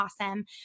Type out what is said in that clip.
awesome